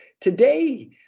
Today